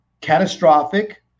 catastrophic